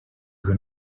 can